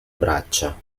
braccia